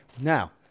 Now